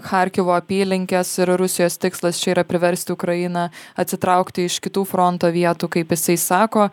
charkivo apylinkes ir rusijos tikslas čia yra priversti ukrainą atsitraukti iš kitų fronto vietų kaip jisai sako